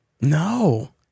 No